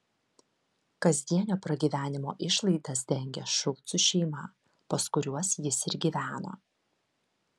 kasdienio pragyvenimo išlaidas dengė šulcų šeima pas kuriuos jis ir gyveno